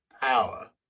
power